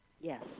Yes